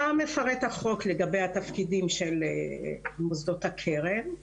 מה מפרט החוק לגבי התפקידים של מוסדות הקרן?